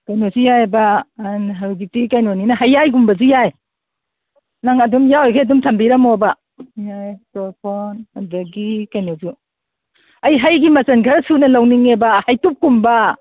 ꯀꯩꯅꯣꯁꯨ ꯌꯥꯏꯑꯕ ꯍꯧꯖꯤꯛꯇꯤ ꯀꯩꯅꯣꯅꯤꯅ ꯍꯩꯋꯥꯏꯒꯨꯝꯕꯁꯨ ꯌꯥꯏ ꯅꯪ ꯑꯗꯨꯝ ꯌꯥꯎꯔꯤꯒꯤ ꯑꯗꯨꯝ ꯊꯝꯕꯤꯔꯝꯃꯣꯕ ꯌꯥꯏ ꯆꯣꯔꯐꯣꯟ ꯑꯗꯒꯤ ꯀꯩꯅꯣꯁꯨ ꯑꯩ ꯍꯩꯒꯤ ꯃꯆꯟ ꯈꯔ ꯁꯨꯅ ꯂꯧꯅꯤꯡꯉꯦꯕ ꯍꯩꯇꯨꯞꯀꯨꯝꯕ